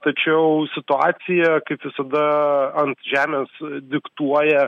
tačiau situacija kaip visada ant žemės diktuoja